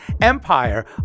Empire